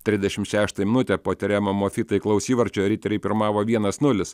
trisdešimt šeštąją minutę po terema mofy taiklaus įvarčio riteriai pirmavo vienas nulis